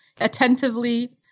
attentively